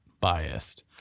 biased